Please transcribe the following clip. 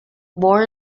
more